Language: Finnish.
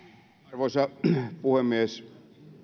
arvoisa puhemies